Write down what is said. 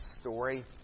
story